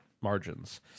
margins